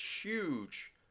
huge